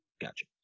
Gotcha